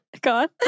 God